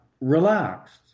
relaxed